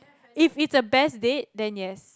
if it's a best date then yes